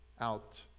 out